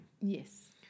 Yes